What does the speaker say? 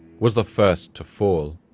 was the first to fall.